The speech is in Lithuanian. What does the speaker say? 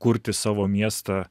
kurti savo miestą